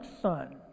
son